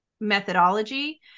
methodology